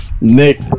Nick